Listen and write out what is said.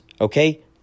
Okay